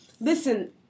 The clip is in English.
listen